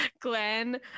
Glenn